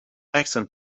accent